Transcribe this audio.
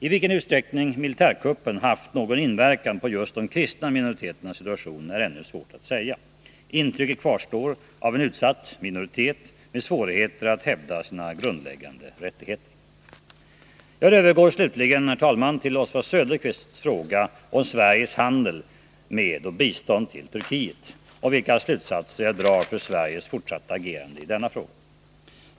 I vilken utsträckning militärkuppen haft någon inverkan på just de kristna minoriteternas situation är ännu svårt att säga. Intrycket kvarstår av en utsatt minoritet med svårigheter att hävda sina grundläggande rättigheter. Jag övergår slutligen, herr talman, till Oswald Söderqvists fråga om Sveriges handel med och bistånd till Turkiet och vilka slutsatser jag drar för Sveriges fortsatta agerande i denna fråga.